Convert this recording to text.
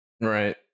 Right